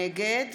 נגד